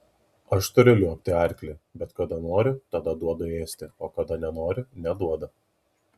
aš turiu liuobti arklį bet kada noriu tada duodu ėsti o kada nenoriu neduodu